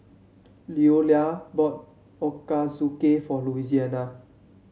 Leola bought Ochazuke for Louisiana